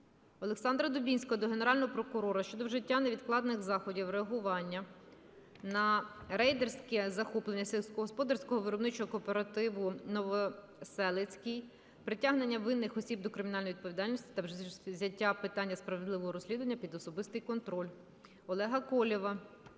Олександра Дубінського до Генерального прокурора щодо вжиття невідкладних заходів реагування на рейдерське захоплення сільськогосподарського виробничого кооперативу "Новоселицький", притягнення винних осіб до кримінальної відповідальності та взяття питання справедливого розслідування під особистий контроль. Олега Колєва